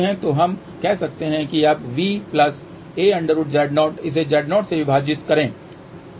तो हम कह सकते हैं कि अब Va√Z0 इसे Z0 से विभाजित करें